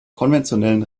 konventionellen